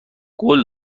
قول